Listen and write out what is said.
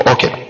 Okay